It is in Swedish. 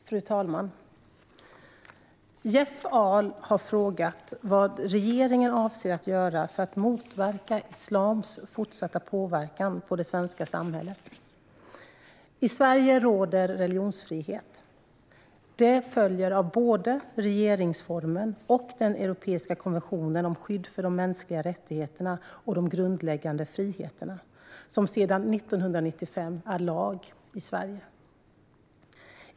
Fru talman! Jeff Ahl har frågat mig vad regeringen avser att göra för att motverka islams fortsatta påverkan på det svenska samhället. I Sverige råder religionsfrihet. Det följer av både regeringsformen och den europeiska konventionen om skydd för de mänskliga rättigheterna och de grundläggande friheterna, som sedan 1995 är lag i Sverige.